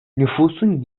nüfusun